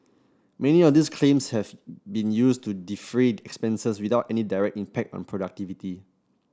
many of these claims have been used to defray expenses without any direct impact on productivity